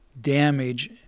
damage